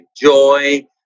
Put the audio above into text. joy